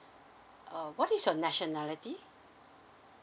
uh what is your nationality